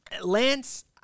Lance